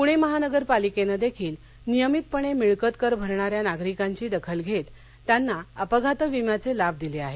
पुणे महानगरपालिकेनं देखील नियमितपणे मिळकत कर भरणाऱ्या नागरिकांची दखल घेत त्यांना अपघात विम्याचे लाभ दिले आहेत